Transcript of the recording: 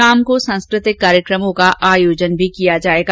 शाम को सांस्कृतिक कार्यकमों का भी आयोजन किया जाएगा